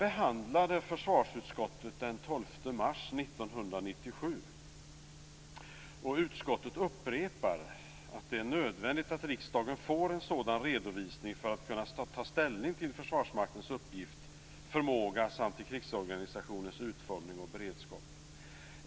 1997, och utskottet upprepar att det är nödvändigt att riksdagen får en sådan redovisning för att kunna ta ställning till Försvarsmaktens uppgift, förmåga samt till krigsorganisationens utformning och beredskap.